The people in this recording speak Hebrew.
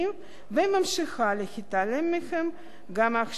וממשיכה להתעלם מהן גם עכשיו.